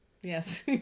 Yes